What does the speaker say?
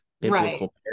biblical